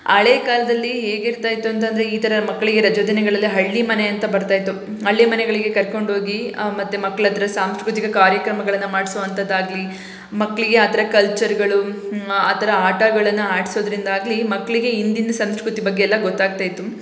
ಹಳೆಕಾಲ್ದಲ್ಲಿ ಹೇಗಿರ್ತಾ ಇತ್ತು ಅಂತಂದರೆ ಈ ಥರ ಮಕ್ಕಳಿಗೆ ರಜಾದಿನಗಳಲ್ಲಿ ಹಳ್ಳಿಮನೆ ಅಂತ ಬರ್ತಾ ಇತ್ತು ಹಳ್ಳಿಮನೆಗಳಿಗೆ ಕರ್ಕೊಂಡೋಗಿ ಮತ್ತೆ ಮಕ್ಳ ಹತ್ರ ಸಾಂಸ್ಕೃತಿಕ ಕಾರ್ಯಕ್ರಮಗಳನ್ನು ಮಾಡಿಸುವಂಥದ್ದಾಗ್ಲಿ ಮಕ್ಕಳಿಗೆ ಅದರ ಕಲ್ಚರ್ಗಳು ಆ ಥರ ಆಟಗಳನ್ನು ಆಡಿಸೋದ್ರಿಂದಾಗ್ಲಿ ಮಕ್ಕಳಿಗೆ ಹಿಂದಿನ ಸಂಸ್ಕೃತಿ ಬಗ್ಗೆ ಎಲ್ಲ ಗೊತ್ತಾಗ್ತಾ ಇತ್ತು